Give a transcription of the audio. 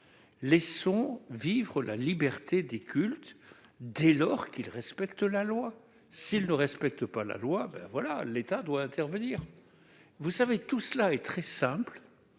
Laissons vivre la liberté des cultes dès lors qu'ils respectent la loi ! S'ils ne respectent pas la loi, l'État doit intervenir, point. Tout cela est très simple